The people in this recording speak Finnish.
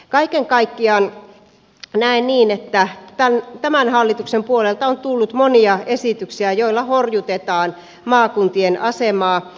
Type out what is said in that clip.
kaiken kaikkiaan näen niin että tämän hallituksen puolelta on tullut monia esityksiä joilla horjutetaan maakuntien asemaa